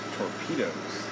torpedoes